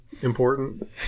important